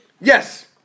yes